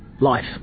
life